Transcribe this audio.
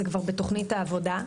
זה כבר בתוכנית העבודה.